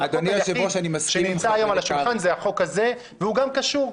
אבל החוק שנמצא היום על השולחן זה החוק הזה והוא גם קשור.